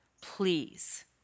please